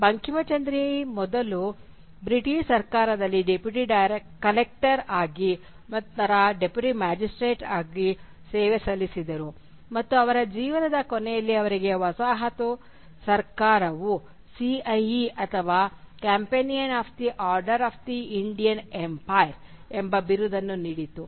ಬಂಕಿಂಚಂದ್ರ ಮೊದಲು ಬ್ರಿಟಿಷ್ ಸರ್ಕಾರದಲ್ಲಿ deputy collector ಆಗಿ ಮತ್ತು ನಂತರ ಡೆಪ್ಯೂಟಿ ಮ್ಯಾಜಿಸ್ಟ್ರೇಟ್ ಆಗಿ ಸೇವೆ ಸಲ್ಲಿಸಿದರು ಮತ್ತು ಅವರ ಜೀವನದ ಕೊನೆಯಲ್ಲಿ ಅವರಿಗೆ ವಸಾಹತುಶಾಹಿ ಸರ್ಕಾರವು CIE ಅಥವಾ "companion of the order of the Indian empire" ಎಂಬ ಬಿರುದನ್ನು ನೀಡಿತು